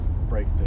break